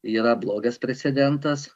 yra blogas precedentas